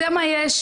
זה מה יש,